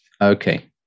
okay